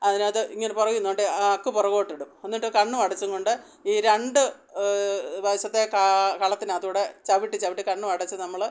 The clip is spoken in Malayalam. അതിനകത്ത് ഇങ്ങനെ പുറകിൽ നിന്നുകൊണ്ട് അക്ക് പുറകോട്ടിടും എന്നിട്ട് കണ്ണു അടച്ചുകൊണ്ട് ഈ രണ്ട് വശത്തെ കളത്തിനകത്തുകൂടി ചവിട്ടി ചവിട്ടി കണ്ണും അടച്ച് നമ്മൾ